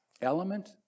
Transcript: element